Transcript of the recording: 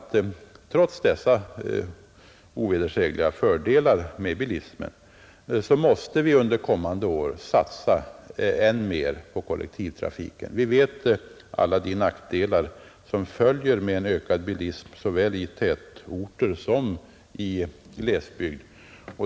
Trots de ovedersägliga fördelar som bilismen medför måste vi under kommande år satsa än mera på kollektivtrafiken. Vi känner alla de nackdelar som följer med en ökad bilism i såväl tätort som glesbygd.